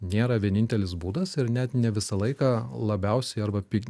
nėra vienintelis būdas ir net ne visą laiką labiausiai arba pi